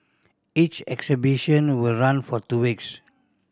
each exhibition will run for two weeks